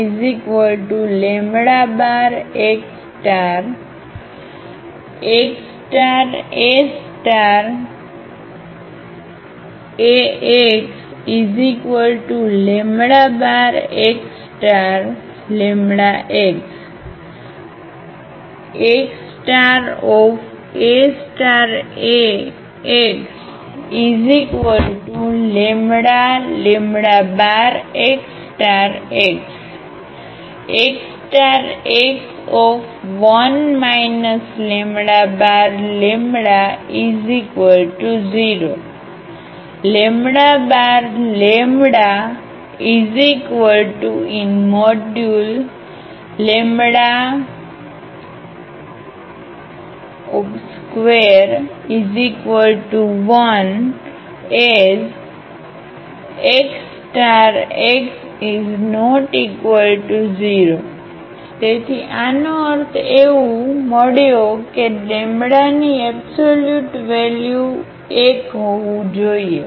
So તો xAx xAAxxλx xAAxλxx xx1 0 λ21 as xx≠0 તેથી આનો અર્થ એવું મળ્યો કે ની એબ્સોલ્યુટ વેલ્યુ 1 હોવું જોઈએ